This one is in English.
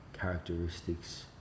characteristics